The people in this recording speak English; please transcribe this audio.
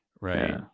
Right